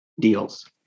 deals